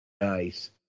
Nice